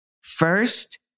First